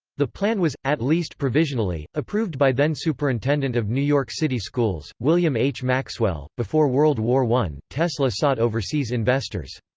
the plan was, at least provisionally, approved by then superintendent of new york city schools, william h. maxwell before world war i, tesla sought overseas investors.